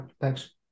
thanks